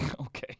Okay